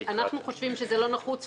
אנחנו חושבים שזה לא נחוץ.